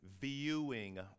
Viewing